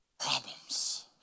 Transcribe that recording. problems